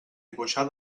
dibuixar